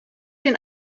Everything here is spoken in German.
den